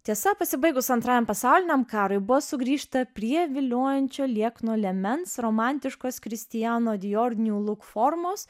tiesa pasibaigus antrajam pasauliniam karui buvo sugrįžta prie viliojančio liekno liemens romantiškos kristijano dijor new look formos